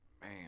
man